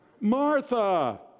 Martha